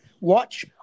watch